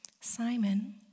Simon